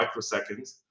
microseconds